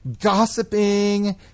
gossiping